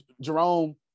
jerome